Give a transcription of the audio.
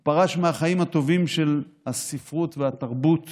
הוא פרש מהחיים הטובים של הספרות והתרבות